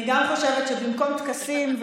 אני גם חושבת שבמקום טקסים,